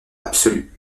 absolue